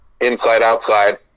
inside-outside